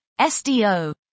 SDO